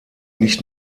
nicht